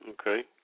okay